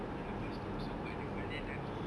then selepas itu also got the malay dance group